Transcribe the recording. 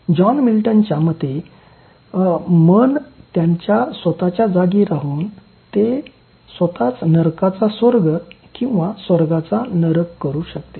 John मिल्टनच्या मते म्हणजे "मन त्याच्या स्वतच्या जागी राहून ते स्वतःच नरकाचा स्वर्ग आणि स्वर्गाचा नरक करू शकते